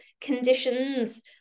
conditions